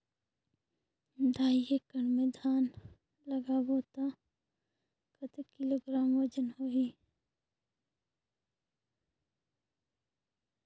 ढाई एकड़ मे धान लगाबो त कतेक किलोग्राम वजन होही?